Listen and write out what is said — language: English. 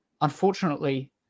Unfortunately